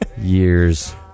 year's